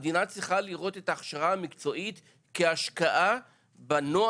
המדינה צריכה לראות את ההכשרה המקצועית כהשקעה בנוער,